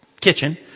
kitchen